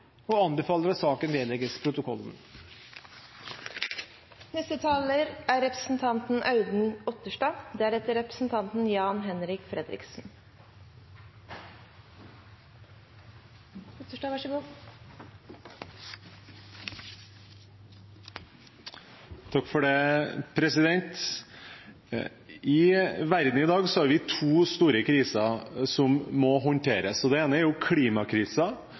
og anbefaler at saken vedlegges protokollen. I verden i dag har vi to store kriser som må håndteres. Den ene er